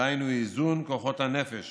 והיינו איזון כוחות הנפש